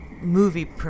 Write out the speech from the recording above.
movie